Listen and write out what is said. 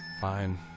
Fine